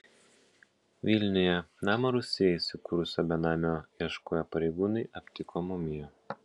vilniuje namo rūsyje įsikūrusio benamio ieškoję pareigūnai aptiko mumiją